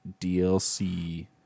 DLC